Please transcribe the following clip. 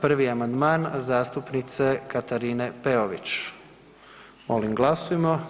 Prvi amandman zastupnice Katarine Peović, molim glasujmo.